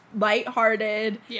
lighthearted